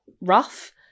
rough